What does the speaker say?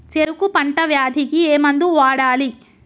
చెరుకు పంట వ్యాధి కి ఏ మందు వాడాలి?